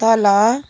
तल